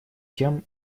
тем